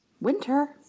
Winter